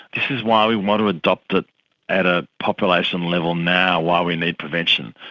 this is why we want to adopt it at a population level now while we need prevention,